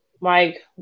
Mike